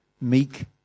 meek